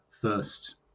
first